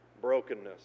brokenness